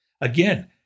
Again